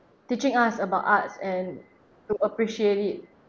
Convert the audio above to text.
teaching us about arts and to appreciate it